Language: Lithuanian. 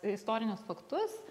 istorinius faktus